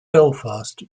belfast